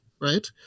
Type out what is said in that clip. Right